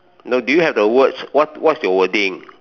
no do you have the words what what's your wording